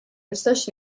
nistax